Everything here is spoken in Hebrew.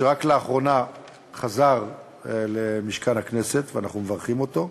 שרק לאחרונה חזר למשכן הכנסת, ואנחנו מברכים אותו.